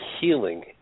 healing